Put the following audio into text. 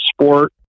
sport